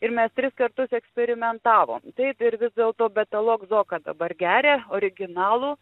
ir mes tris kartus eksperimentavom taip ir vis dėlto betalokzoką dabar geria originalų